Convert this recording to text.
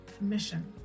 mission